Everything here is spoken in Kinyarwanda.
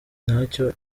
nyacyo